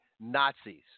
Nazis